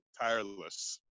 tireless